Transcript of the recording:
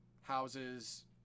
houses